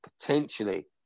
potentially